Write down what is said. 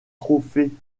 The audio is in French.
trophée